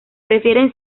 prefiere